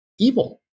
Evil